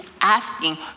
asking